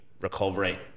recovery